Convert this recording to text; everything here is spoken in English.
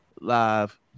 live